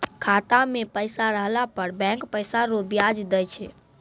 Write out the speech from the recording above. खाता मे पैसा रहला पर बैंक पैसा रो ब्याज दैय छै